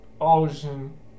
ocean